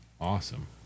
awesome